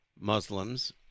Muslims